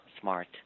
smart